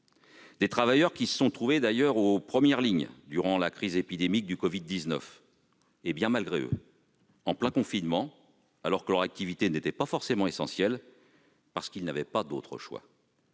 Ces travailleurs se sont d'ailleurs trouvés en première ligne durant la crise épidémique du Covid-19, bien malgré eux, en plein confinement, alors que leur activité n'était pas toujours essentielle, parce qu'ils n'avaient pas d'autre choix.